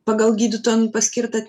pagal gydytojo nu paskirtą